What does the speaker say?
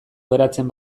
geratzen